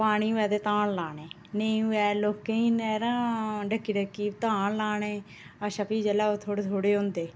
पानी होऐ ते धान लाने नेईं होऐ ते लोकें नैहरां ढक्की ढक्की धान लाने अच्छा फ्ही जेल्लै ओह् थोह्ड़े थोह्ड़े हुंदे